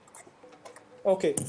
אוקיי.